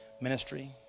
ministry